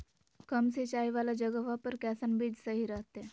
कम सिंचाई वाला जगहवा पर कैसन बीज सही रहते?